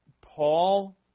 Paul